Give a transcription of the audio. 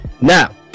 Now